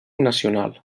nacional